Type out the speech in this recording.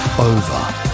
Over